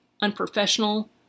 unprofessional